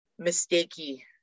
mistakey